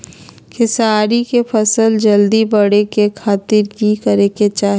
खेसारी के फसल जल्दी बड़े के खातिर की करे के चाही?